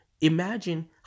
imagine